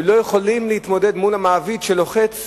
שלא יכולים להתמודד מול המעביד שלוחץ,